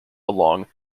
along